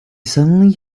suddenly